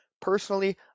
Personally